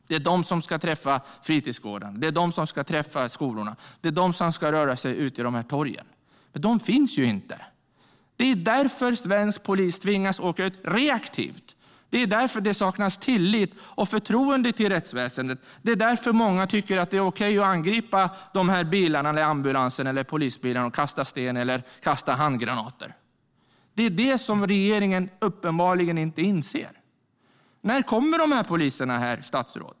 Det är de poliserna som ska träffa fritidsgårdarna. Det är de som ska träffa skolorna. Det är de som ska röra sig ute på torget. Men de finns ju inte. Det är därför svensk polis tvingas åka ut reaktivt. Det är därför det saknas tillit till och förtroende för rättsväsendet. Det är därför många tycker att det är okej att angripa de här bilarna, ambulansen eller polisbilen, och kasta sten eller handgranater. Det är det som regeringen uppenbarligen inte inser. När kommer de här poliserna, herr statsråd?